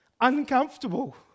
uncomfortable